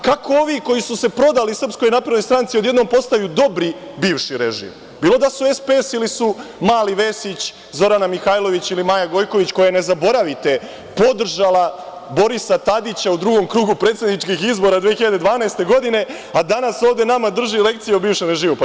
Kako ovi, koji su se prodali SNS, odjednom postaju dobri bivši režim bilo da su SPS ili su Mali, Vesić, Zorana Mihajlović ili Maja Gojković koja je, ne zaboravite, podržala Borisa Tadića u drugom krugu predsedničkih izbora 2012. godine, a danas ovde nama drži lekcije o bivšem režimu.